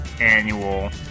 annual